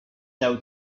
saw